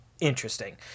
Interesting